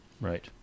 Right